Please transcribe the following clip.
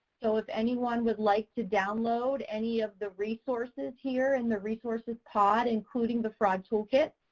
so if anyone would like to download any of the resources here in the resources pod, including the fraud toolkit,